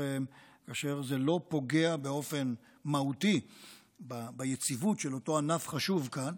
כאשר זה לא פוגע באופן מהותי ביציבות של אותו ענף חשוב כאן,